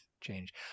change